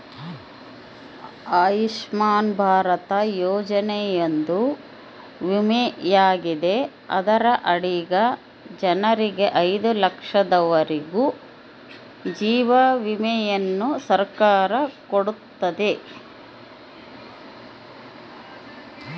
ಆಯುಷ್ಮನ್ ಭಾರತ ಯೋಜನೆಯೊಂದು ವಿಮೆಯಾಗೆತೆ ಅದರ ಅಡಿಗ ಜನರಿಗೆ ಐದು ಲಕ್ಷದವರೆಗೂ ಜೀವ ವಿಮೆಯನ್ನ ಸರ್ಕಾರ ಕೊಡುತ್ತತೆ